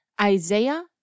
Isaiah